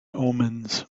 omens